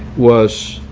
was